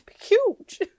huge